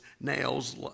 nails